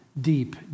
deep